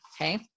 Okay